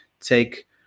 take